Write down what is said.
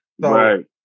Right